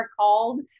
called